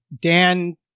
Dan